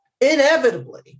inevitably